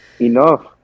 enough